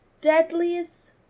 deadliest